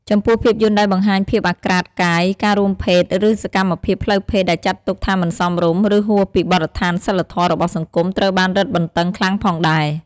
ចំំពោះភាពយន្តដែលបង្ហាញភាពអាក្រាតកាយ ការរួមភេទ ឬសកម្មភាពផ្លូវភេទដែលចាត់ទុកថាមិនសមរម្យ ឬហួសពីបទដ្ឋានសីលធម៌របស់សង្គម ត្រូវបានរឹតបន្តឹងខ្លាំងផងដែរ។